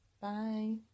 Bye